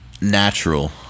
natural